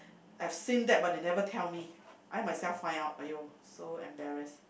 have seen that but they never tell me I myself find out !aiyo! so embarrassed